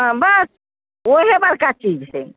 हाँ बस ओहे बड़का चीज हय